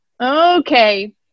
okay